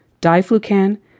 Diflucan